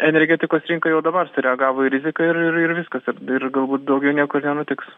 energetikos rinka jau dabar sureagavo į riziką ir ir ir viskas ir ir galbūt daugiau nieko ir nenutiks